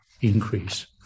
increase